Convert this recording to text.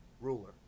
ruler